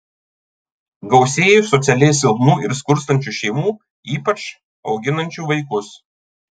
gausėjo socialiai silpnų ir skurstančių šeimų ypač auginančių vaikus